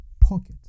pocket